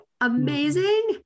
amazing